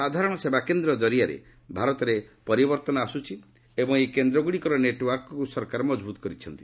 ସାଧାରଣ ସେବା କେନ୍ଦ ଜରିଆରେ ଭାରତରେ ପରିବର୍ତ୍ତନ ଆସ୍ତଛି ଏବଂ ଏହି କେନ୍ଦ୍ରଗ୍ରଡ଼ିକର ନେଟୱାର୍କକୁ ସରକାର ମଜବୁତ କରିଛନ୍ତି